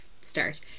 start